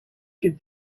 give